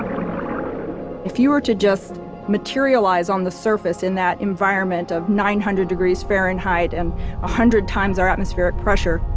um if you were to just materialize on the surface in that environment of nine hundred degrees fahrenheit and a hundred times our atmospheric pressure,